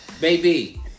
baby